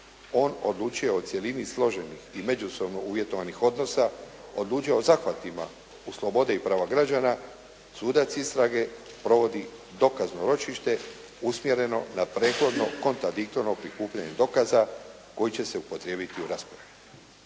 On odlučuje o cjelini složenih i međusobno uvjetovanih odnosa. Odlučuje o zahvatima u slobode i prava građana. Sudac istrage provodi dokazno ročište usmjereno na prethodno kontradiktorno prikupljanje dokaza koji će se upotrijebiti u raspravi.